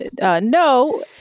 No